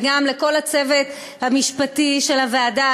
וגם לכל הצוות המשפטי של הוועדה,